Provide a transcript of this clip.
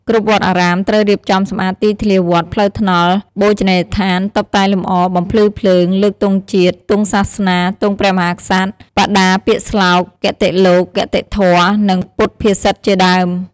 គ្រប់វត្តអារាម ត្រូវរៀបចំសម្អាតទីធ្លាវត្ត ផ្លូវថ្នល់ បូជនីយដ្ឋាន តុបតែងលម្អ បំភ្លឺភ្លើង លើកទង់ជាតិ ទង់សាសនា ទង់ព្រះមហាក្សត្រ បដាពាក្យស្លោក គតិលោក គតិធម៌ និងពុទ្ធភាសិតជាដើម។